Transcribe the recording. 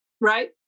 right